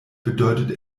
bedeutet